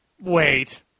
wait